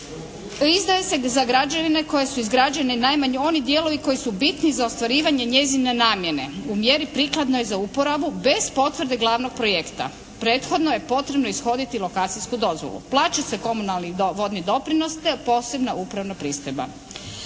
izdaje se za građevine koje su izgrađene naime oni dijelovi koji su bitni za ostvarivanje njezine namjene u mjeri prikladnoj za uporabu bez potvrde glavnog projekta. Prethodno je potrebno ishoditi lokacijsku dozvolu. Plaća se komunalni vodni doprinos te posebna upravna pristojba.